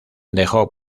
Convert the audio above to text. dejó